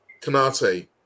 Canate